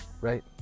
right